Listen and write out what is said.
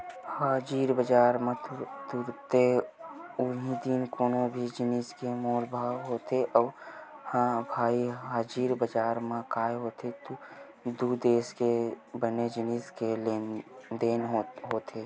हाजिर बजार म तुरते उहीं दिन कोनो भी जिनिस के मोल भाव होथे ह भई हाजिर बजार म काय होथे दू देस के बने जिनिस के लेन देन होथे